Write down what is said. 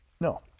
No